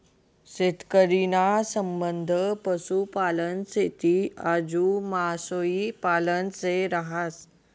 शेतकरी ना संबंध पशुपालन, शेती आजू मासोई पालन शे रहास